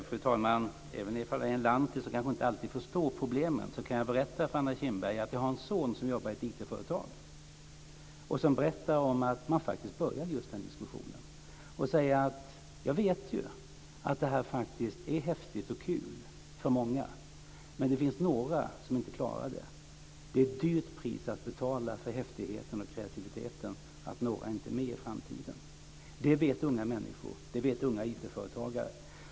Fru talman! Även om jag är lantis och kanske inte alltid förstår problemen så kan jag tala om för Anna Kinberg att jag har en son som jobbar på ett IT företag och som berättar att man faktiskt börjar föra den diskussionen. Han säger: Jag vet ju att det här faktiskt är häftigt och kul för många men det finns några som inte klarar det. Det är ett högt pris att betala för häftigheten och kreativiteten att några inte är med i framtiden. Det vet unga människor och det vet unga IT-företagare.